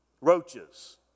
roaches